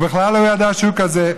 הוא בכלל לא ידע שהוא כזה.